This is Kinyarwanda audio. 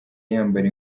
yambara